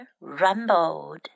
rumbled